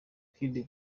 kid